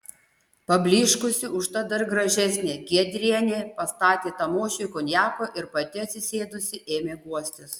pablyškusi užtat dar gražesnė giedrienė pastatė tamošiui konjako ir pati atsisėdusi ėmė guostis